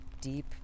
deep